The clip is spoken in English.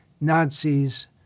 Nazis